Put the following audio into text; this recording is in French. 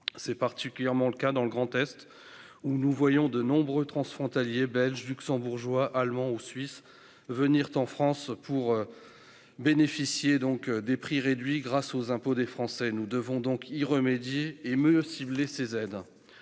C'est particulièrement le cas dans le Grand Est, où nous voyons de nombreux transfrontaliers, Belges, Luxembourgeois, Allemands ou Suisses venir en France pour bénéficier des prix réduits grâce aux impôts des Français. Nous devons y remédier en ciblant mieux ces aides.